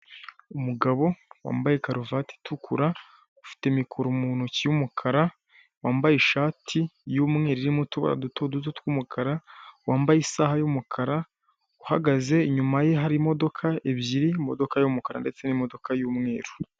Umugabo wambaye karuvati itukura ufite mikoro mu ntoki y'umukara, wambaye ishati y'umweru utubara duto duto tw'umukara, wambaye isaha y'umukara. Uhagaze inyuma ye hari imodoka ebyiri, imodoka y'umukara ndetse n'imodoka y'umweru.